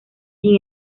sin